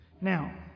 Now